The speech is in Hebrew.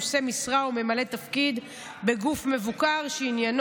נושא משרה או ממלא תפקיד בגוף מבוקר שעניינה